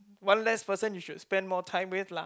one less person you should spend more time with lah